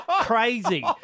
crazy